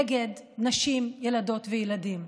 נגד נשים, ילדות וילדים.